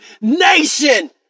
nation